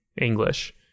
English